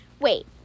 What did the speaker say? Wait